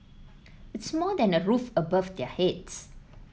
it's more than a roof above their heads